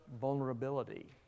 vulnerability